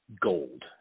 gold